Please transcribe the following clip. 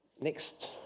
Next